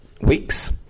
weeks